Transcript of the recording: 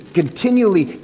continually